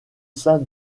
sein